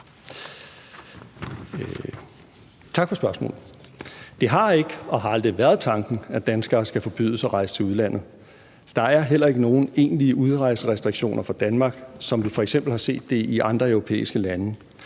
Tak for spørgsmålet. Det er ikke og har aldrig været tanken, at danskere skal forbydes at rejse til udlandet. Der er heller ikke nogen egentlige udrejserestriktioner i Danmark, som vi f.eks. har set det i andre europæiske lande.